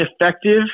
effective